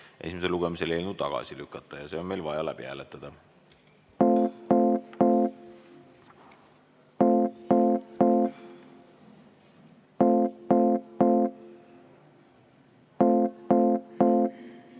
esimesel lugemisel tagasi lükata ja see on meil vaja läbi hääletada.